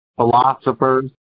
Philosophers